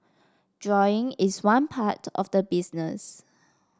drawing is one part of the business